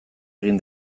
egin